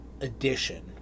edition